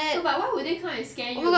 no but why would they come and scare you